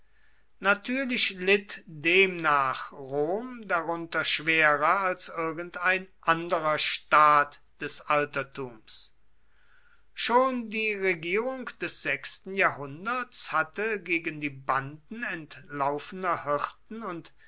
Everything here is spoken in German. natürlich litt demnach rom darunter schwerer als irgendein anderer staat des altertums schon die regierung des sechsten jahrhunderts hatte gegen die banden entlaufener hirten und